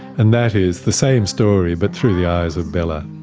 and that is the same story but through the eyes of bella.